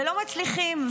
ולא מצליחים,